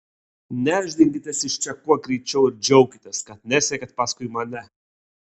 nešdinkitės iš čia kuo greičiau ir džiaukitės kad nesekėt paskui mane